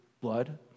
blood